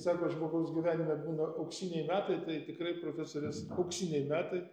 sako žmogaus gyvenime būna auksiniai metai tai tikrai profesorės auksiniai metai